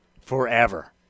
forever